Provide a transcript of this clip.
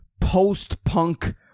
post-punk